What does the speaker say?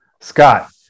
Scott